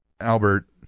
Albert